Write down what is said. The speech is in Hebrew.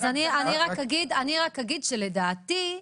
אני רק אגיד שלדעתי,